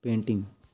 painting